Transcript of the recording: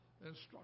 instruction